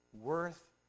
worth